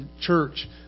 church